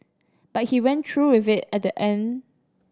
but he went through with it at the end